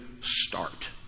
start